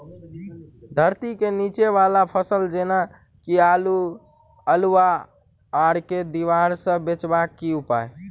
धरती केँ नीचा वला फसल जेना की आलु, अल्हुआ आर केँ दीवार सऽ बचेबाक की उपाय?